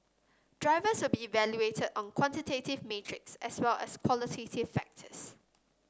drivers will be evaluated on quantitative metrics as well as qualitative factors